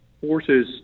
forces